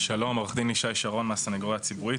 שלום, עורך דין ישי שרון מהסנגוריה הציבורית.